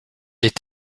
est